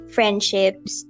friendships